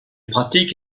pratique